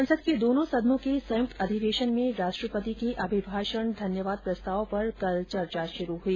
संसद के दोनो सदनों के संयुक्त अधियेशन में राष्ट्रपति के अभिभाषण धन्यवाद प्रस्ताव पर कल चर्चा शुरू हई